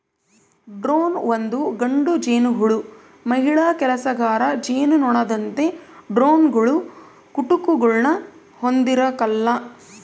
drone ಒಂದು ಗಂಡು ಜೇನುಹುಳು ಮಹಿಳಾ ಕೆಲಸಗಾರ ಜೇನುನೊಣದಂತೆ ಡ್ರೋನ್ಗಳು ಕುಟುಕುಗುಳ್ನ ಹೊಂದಿರಕಲ್ಲ